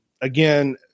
again